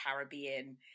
Caribbean